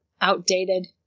outdated